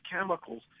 chemicals